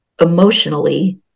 emotionally